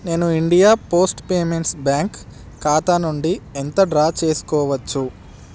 నేను India post payments bank ఖాతా నుండి ఎంత డ్రా చేసుకోవచ్చు